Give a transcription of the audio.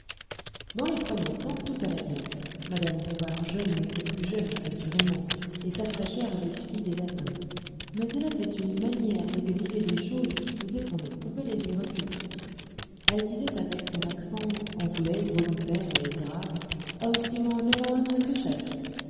dans les premiers temps tout alla bien mme bombard jeune n'était plus jeune assurément et sa fraîcheur avait subi des atteintes mais elle avait une manière d'exiger les choses qui faisait qu'on ne pouvait les lui refuser elle disait avec son accent anglais volontaire et grave oh simon